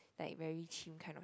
like very chim kind of